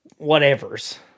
whatevers